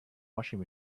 washing